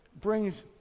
brings